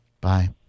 Bye